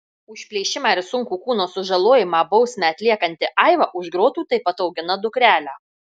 už plėšimą ir sunkų kūno sužalojimą bausmę atliekanti aiva už grotų taip pat augina dukrelę